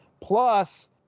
Plus